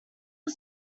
are